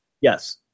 Yes